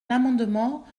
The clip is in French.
l’amendement